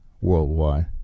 worldwide